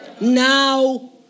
Now